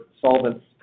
solvents